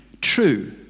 true